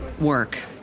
work